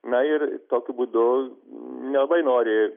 na ir tokiu būdu nelabai nori